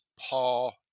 Paul